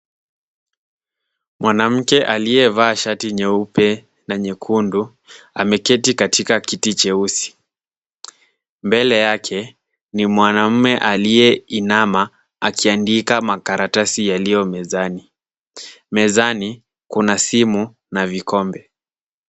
Mwanamke aliyevaa shati nyeupe na nyekundu, ameketi katika kiti cheusi ,mbele yake ni mwanamume aliyeinama akiandika makaratasi yaliyo mezani ,mezani kuna simu na vikombe.